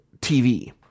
TV